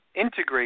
integrate